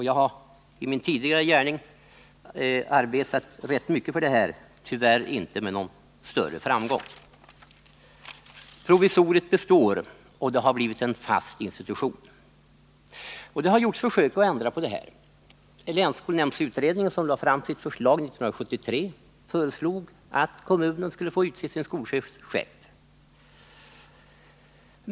Jag har i min tidigare gärning arbetat rätt mycket med det här, tyvärr inte med någon större framgång. Provisoriet består och har blivit en fast institution. Det har dock gjorts försök att ändra på detta. Länsskolnämndsutredningen, som lade fram sitt förslag 1973, föreslog att kommunerna själva skulle få utse sina skolchefer.